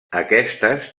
aquestes